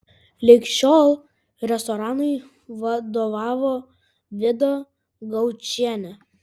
lig šiol restoranui vadovavo vida gaučienė